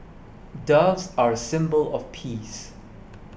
doves are a symbol of peace